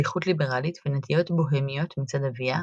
פתיחות ליברלית ונטיות בוהמיות מצד אביה,